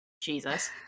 Jesus